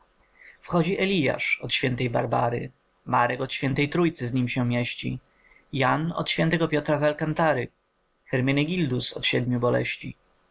wchodzi eliasz od świętej barbary marek od świętej trójcy z nim się mieści jan od świętego piotra z alkantary hermenegildus od siedmiu boleści